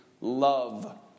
love